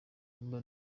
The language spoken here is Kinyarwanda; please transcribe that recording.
kanumba